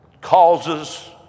causes